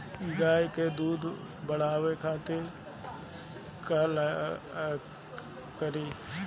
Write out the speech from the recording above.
गाय के दूध बढ़ावे खातिर का करी?